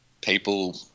people